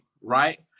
right